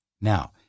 Now